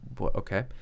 Okay